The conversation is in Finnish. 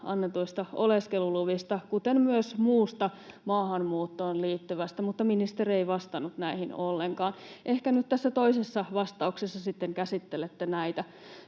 annetuista oleskeluluvista, kuten myös muusta maahanmuuttoon liittyvästä, mutta ministeri ei vastannut näihin ollenkaan. Ehkä nyt tässä toisessa vastauksessa sitten käsittelette näitä.